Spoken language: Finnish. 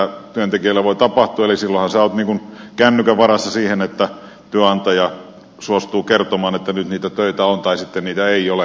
silloinhan sinä olet niin kuin kännykän varassa sen suhteen että työnantaja suostuu kertomaan että nyt niitä töitä on tai sitten niitä ei ole